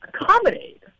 accommodate